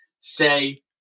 say